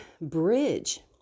bridge